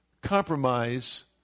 compromise